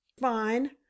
Fine